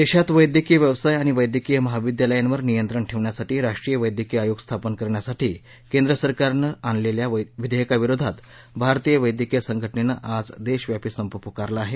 देशात वैद्यकीय व्यवसाय आणि वैद्यकीय महाविद्यालयांवर नियंत्रण ठेवण्यासाठी राष्ट्रीय वैद्यकीय आयोग स्थापन करण्यासाठी केंद्र सरकारने आणलेल्या विधेयकाविरोधात भारतीय वैद्यकीय संघटनेने आज देशव्यापी संप पुकारला आहे